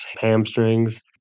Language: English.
hamstrings